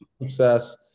success